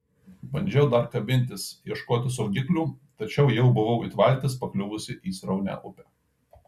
bandžiau dar kabintis ieškoti saugiklių tačiau jau buvau it valtis pakliuvusi į sraunią upę